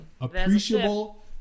appreciable